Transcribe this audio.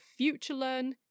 FutureLearn